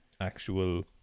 actual